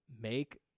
make